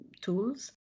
tools